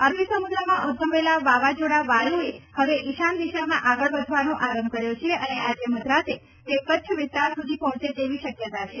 અરબી સમુદ્રમાં ઉદ્દભવેલુ વાવાઝોડુ વાયુએ હવે ઈશાન દિશામાં આગળ વધવાનો આરંભ કર્યો છે અને આજે મધરાતે તે કચ્છ વિસ્તાર સુધી પહોંચે તેવી શક્યતા છે